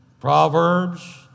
Proverbs